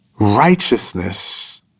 Righteousness